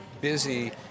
busy